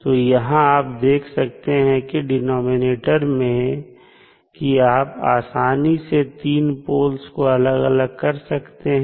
तो यहां आप देख सकते हैं डिनॉमिनेटर मैं कि आप आसानी से 3 पोल्स को अलग कर सकते हैं